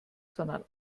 sondern